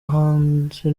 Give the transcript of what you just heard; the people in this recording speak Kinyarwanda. hanze